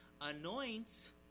anoint